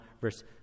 verse